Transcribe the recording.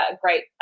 great